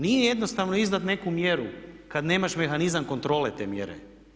Nije jednostavno izdati neku mjeru kada nemaš mehanizam kontrole te mjere.